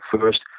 first